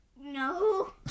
No